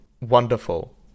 wonderful